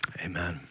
amen